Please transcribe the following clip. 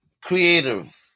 creative